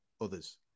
others